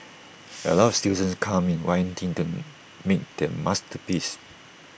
A lot of students come in wanting the mean their masterpiece